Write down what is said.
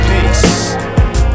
Peace